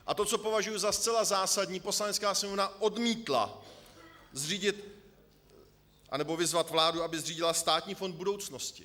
A to, co považuji za zcela zásadní: Poslanecká sněmovna odmítla vyzvat vládu, aby zřídila Státní fond budoucnosti.